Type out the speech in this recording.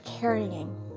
carrying